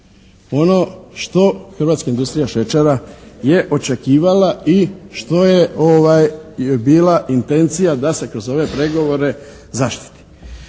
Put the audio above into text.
ono što hrvatska industrija šećera je očekivala i što je bila intencija da se kroz ove pregovore zaštiti.